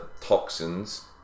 toxins